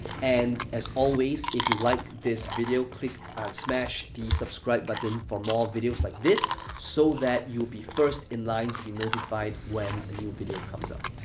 and as always, if you like this video, click and smash the subscribe button for more videos like this so that you will be first in line to be notified when a new video comes up.